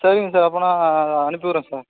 சரிங்க சார் அப்படின்னா நான் அனுப்பி விட்றேன் சார்